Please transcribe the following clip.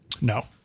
No